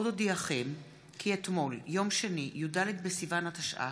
עד אודיעכם כי אתמול, יום שני, י"ד בסיוון התשע"ח,